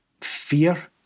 fear